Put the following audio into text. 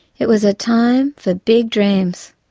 it was a time for big dreams,